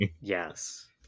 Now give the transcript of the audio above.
Yes